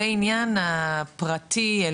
ועניין הפרטי,